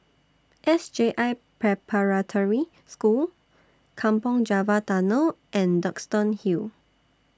S J I Preparatory School Kampong Java Tunnel and Duxton Hill